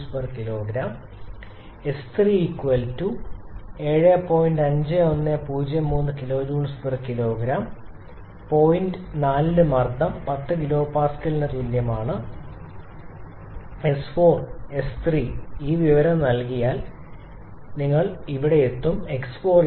5103 𝑘𝐽 kg t point number നാലിന് മർദ്ദം 10 kPa ഉം തുല്യമാണ് 𝑠4 s3 ഈ വിവരം നൽകിയാൽ നിങ്ങൾ ഇവിടെയെത്തും 𝑥4 0